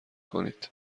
کنید